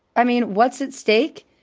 i mean, what's at stake?